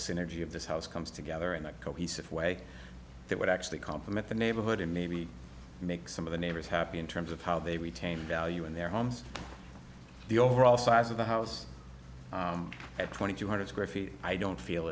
synergy of this house comes together in a cohesive way that would actually compliment the neighborhood and maybe make some of the neighbors happy in terms of how they retain value in their homes the overall size of the house at twenty two hundred square feet i don't feel